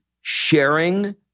sharing